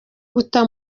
guta